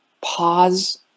pause